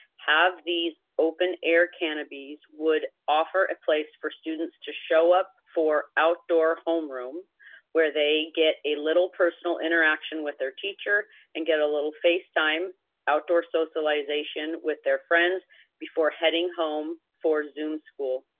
have these open air canopies would offer a place for students to show up for outdoor homeroom where they get a little personal interaction with their teacher and get a little face time outdoor socialization with their friends before heading home for zoom school.